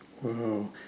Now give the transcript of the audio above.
Whoa